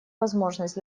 возможность